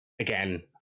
again